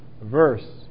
verse